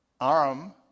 arm